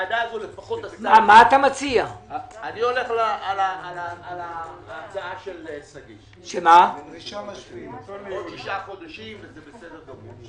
אני הולך על ההצעה של שגית עוד תשעה חודשים וזה בסדר גמור.